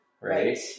Right